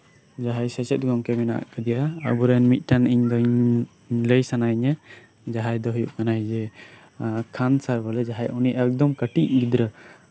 ᱡᱟᱦᱟᱸᱭ ᱥᱮᱪᱮᱫ ᱜᱚᱢᱠᱮ ᱢᱮᱱᱟᱜ ᱠᱟᱫᱮᱭᱟ ᱟᱵᱚᱨᱮᱱ ᱢᱤᱫ ᱴᱮᱱ ᱤᱧ ᱫᱚ ᱞᱟᱹᱭ ᱥᱟᱱᱟᱭᱤᱧᱟᱹ ᱡᱟᱦᱟᱸᱭ ᱫᱚ ᱦᱳᱭᱳᱜ ᱠᱟᱱᱟᱭ ᱡᱮᱹ ᱠᱷᱟᱱ ᱥᱮᱨ ᱵᱚᱞᱮ ᱩᱱᱤ ᱮᱠᱫᱚᱢ ᱠᱟᱹᱴᱤᱡ ᱜᱤᱫᱽᱨᱟᱹ